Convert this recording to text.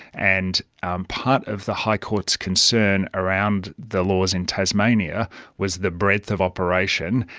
and um part of the high court's concern around the laws in tasmania was the breadth of operation,